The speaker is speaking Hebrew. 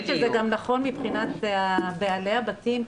אני חושבת שזה גם נכון מבחינת בעלי הבתים,